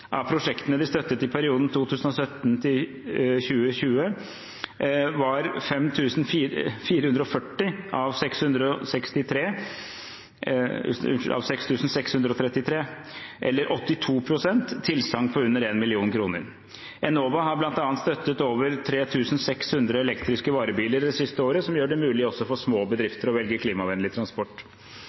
Av prosjektene de støttet i perioden 2017–2020, var 5 440 av 6 633 – eller 82 pst. – tilsagn på under 1 mill. kr. Enova har bl.a. støttet over 3 600 elektriske varebiler det siste året, som gjør det mulig også for små bedrifter å velge klimavennlig transport.